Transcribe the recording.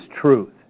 truth